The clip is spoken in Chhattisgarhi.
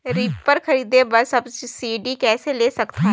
रीपर खरीदे बर सब्सिडी कइसे ले सकथव?